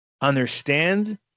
understand